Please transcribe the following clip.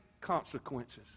consequences